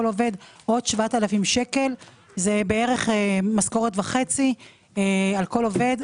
עובד עוד 7,000 שקל זה בערך משכורת וחצי על כל עובד.